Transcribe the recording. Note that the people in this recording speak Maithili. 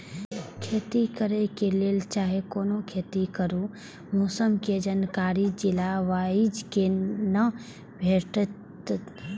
खेती करे के लेल चाहै कोनो खेती करू मौसम के जानकारी जिला वाईज के ना भेटेत?